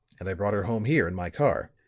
and i brought her home here in my car.